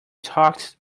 talked